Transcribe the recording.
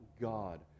God